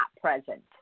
present